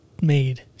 Made